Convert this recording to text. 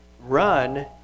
Run